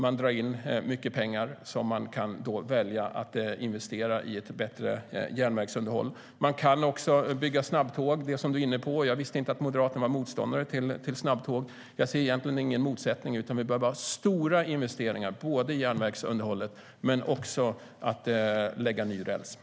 Man drar in mycket pengar som man kan välja att investera i ett bättre järnvägsunderhåll.